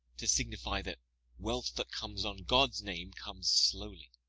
to signify that wealth that comes on god's name comes slowly